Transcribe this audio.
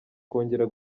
kongera